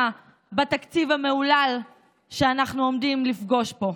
בתקציב המהולל שאנחנו עומדים לפגוש פה.